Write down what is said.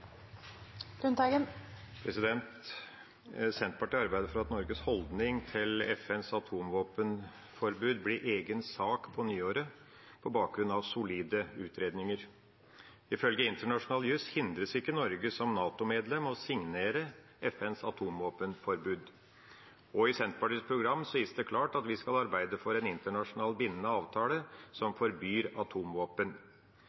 Senterpartiet arbeider for at Norges holdning til FNs atomvåpenforbud blir egen sak på nyåret, på bakgrunn av solide utredninger. Ifølge internasjonal jus hindres ikke Norge som NATO-medlem i å signere FNs atomvåpenforbud. I Senterpartiets program sies det klart at vi «skal arbeide for en internasjonal, bindende avtale